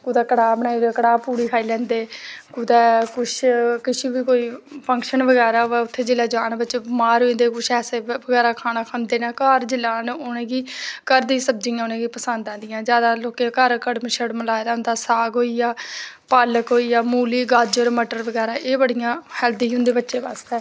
कुदै कड़ाह बनाई ओड़ेआ कुदै कड़ाह् पूड़ी खाई लैंदे कुदै कुछ कुछ बी कोई फंक्शन बगैरा होऐ उत्थें बी जान बच्चे बचारे उत्थें ऐसा खाना खंदे न घर आन जेल्लै कि घर दियां सब्ज़ियां उनेंगी पसंद आंदियां जादै उनेंगी घर कड़म लाये दा होंदा साग होइया पालक होइया मूली गाजर मटर बगैरा एह् बड़ियां हेल्थी होंदे बच्चे बास्तै